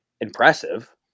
impressive